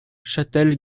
châtel